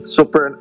Super